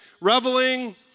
Reveling